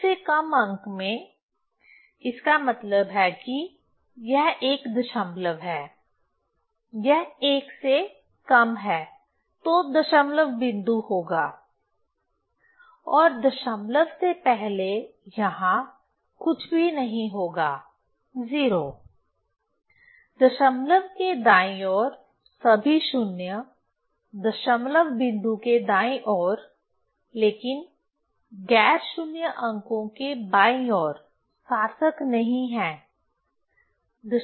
एक से कम अंक में इसका मतलब है कि यह एक दशमलव है यह एक से कम है तो दशमलव बिंदु होगा और दशमलव से पहले यहां कुछ भी नहीं होगा 0 दशमलव के दाईं ओर सभी शून्य दशमलव बिंदु के दाईं ओर लेकिन गैर शुन्य अंकों के बाईं ओर सार्थक नहीं हैं